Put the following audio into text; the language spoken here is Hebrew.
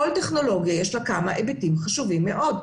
לכל טכנולוגיה יש כמה היבטים חשובים מאוד.